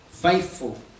Faithful